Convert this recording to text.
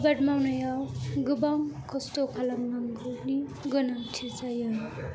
आबाद मावनायाव गोबां खस्त' खालाम नांगौनि गोनांथि जायो